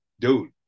Dude